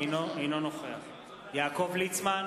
אינו נוכח יעקב ליצמן,